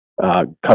come